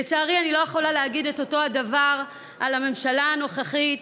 לצערי אני לא יכולה להגיד את אותו הדבר על הממשלה הנוכחית,